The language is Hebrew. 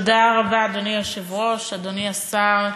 אדוני היושב-ראש, תודה רבה, אדוני השר,